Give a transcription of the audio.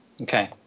Okay